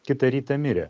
kitą rytą mirė